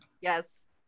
Yes